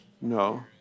no